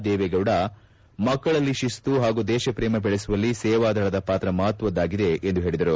ದೇವೆಗೌಡ ಮಕ್ಕಳಲ್ಲಿ ಶಿಸ್ತು ಹಾಗೂ ದೇಶಪ್ರೇಮ ಬೆಳೆಸುವಲ್ಲಿ ಸೇವಾದಳದ ಪಾತ್ರ ಮಹತ್ವದ್ದಾಗಿದೆ ಎಂದು ಹೇಳಿದರು